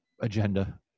agenda